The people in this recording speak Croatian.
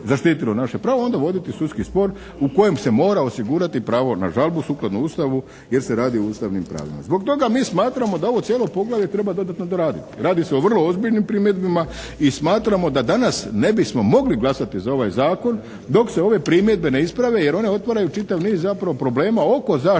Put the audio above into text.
zaštitilo naše pravo onda voditi sudski spor u kojem se mora osigurati pravo na žalbu, sukladno Ustavu jer se radi o ustavnim pravima. Zbog toga mi smatramo da ovo cijelo poglavlje treba dodatno doraditi. Radi se o vrlo ozbiljnim primjedbama i smatramo da danas ne bismo mogli glasati za ovaj Zakon dok se ove primjedbe ne isprave jer one otvaraju čitav niz, zapravo problema oko zaštite